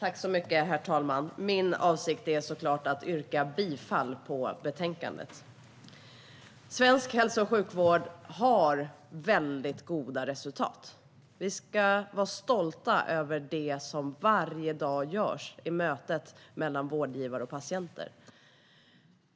Herr talman! Min avsikt är såklart att yrka bifall till utskottets förslag i betänkandet. Svensk hälso och sjukvård har väldigt goda resultat. Vi ska vara stolta över det som varje dag görs i mötet mellan vårdgivare och patienter.